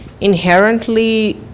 inherently